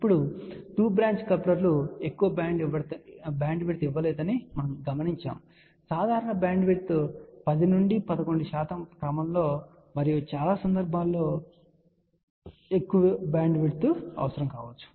ఇప్పుడు two branch కప్లర్లు ఎక్కువ బ్యాండ్విడ్త్ ఇవ్వలేదని మనము గమనించాము సాధారణ బ్యాండ్విడ్త్ 10 నుండి 11 శాతం క్రమంలో మరియు చాలా సందర్భాలలో మీకు ఎక్కువ బ్యాండ్విడ్త్ అవసరం కావచ్చు